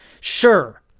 sure